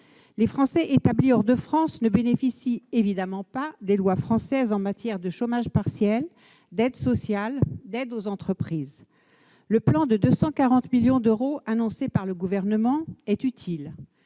Les Français établis hors de France ne bénéficient évidemment pas des lois françaises en matière de chômage partiel, d'aides sociales ou d'aides aux entreprises. Le plan de 240 millions d'euros annoncé par le Gouvernement est utile,